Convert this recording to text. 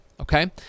Okay